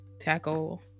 tackle